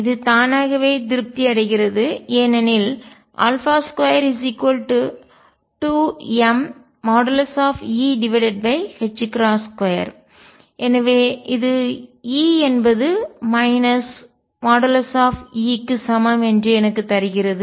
இது தானாகவே திருப்தி அடைகிறது ஏனெனில் 22mE2எனவே இது E என்பது | E | க்கு சமம் என்று எனக்குத் தருகிறது